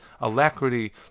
alacrity